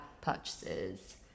purchases